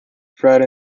fred